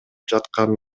жаткан